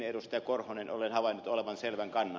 korhonen olen havainnut olevan selvän kannan